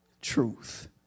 truth